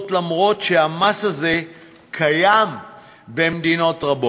אף-על-פי שהמס הזה קיים במדינות רבות.